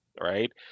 right